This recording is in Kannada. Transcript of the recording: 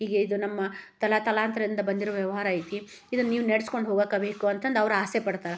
ಹೀಗೆ ಇದು ನಮ್ಮ ತಲೆ ತಲಾಂತರದಿಂದ ಬಂದಿರೊ ವ್ಯವಹಾರ ಐತಿ ಇದನ್ನು ನೀವು ನಡೆಸ್ಕೊಂಡ್ ಹೋಗಾಕ ಬೇಕು ಅಂತಂದು ಅವ್ರು ಆಸೆ ಪಡ್ತಾರೆ